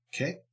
Okay